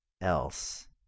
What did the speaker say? else